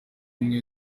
imwe